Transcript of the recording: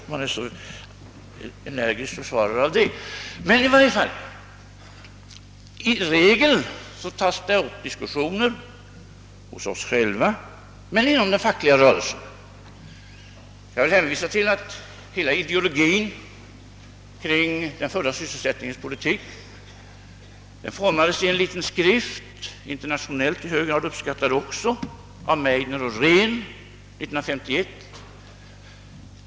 I regel tas det upp diskussioner såväl inom det socialdemokratiska partiet som den fackliga rörelsen. Hela ideologin bakom den fulla sysselsättningens politik utformades i en liten skrift, som även i hög grad vunnit internationell uppskattning, av herr Meidner och herr Rehn 1951.